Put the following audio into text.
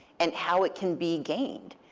and how it can be gained.